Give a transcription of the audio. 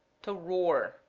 to roar,